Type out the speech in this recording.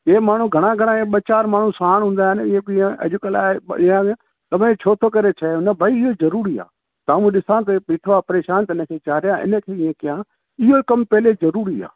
इहे माण्हू घणा घणा ॿ चारि माण्हू साणु हूंदा आहिनि इएं बि अॼुकल्ह बढ़िया आहे त छो थो करे चयो न भई इहो ज़रूरी आहे तव्हां हू ॾिसां थो बीठो आहे परेशान त इन खे चाढ़िया आहे या क्या इहो कमु पहले ज़रूरी आहे